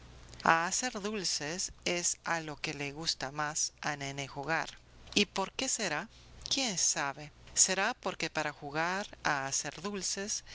a hacer dulces es a lo que le gusta más a nené jugar y por qué será quién sabe será porque para jugar a hacer dulces